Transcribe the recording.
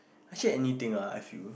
actually anything lah I feel